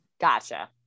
Gotcha